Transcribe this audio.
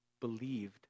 believed